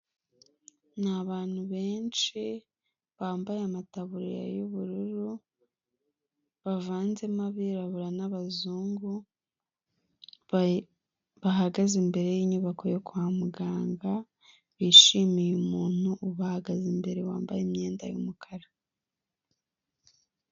Ni abantu benshi bambaye amataburya y'ubururu bavanzemo abirabura n'abazungu bahagaze imbere y'inyubako yo kwa muganga, bishimiye umuntu ubahagaze imbere wambaye imyenda y'umukara.